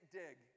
dig